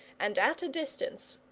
and at a distance.